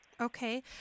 Okay